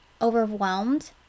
overwhelmed